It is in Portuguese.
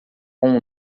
com